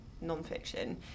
non-fiction